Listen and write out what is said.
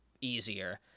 easier